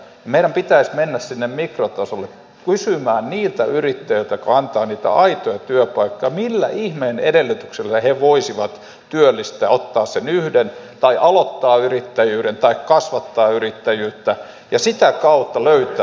meidän pitäisi mennä sinne mikrotasolle kysymään niiltä yrittäjiltä jotka antavat niitä aitoja työpaikkoja millä ihmeen edellytyksillä he voisivat työllistää ottaa sen yhden tai aloittaa yrittäjyyden tai kasvattaa yrittäjyyttä ja sitä kautta löytää